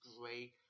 great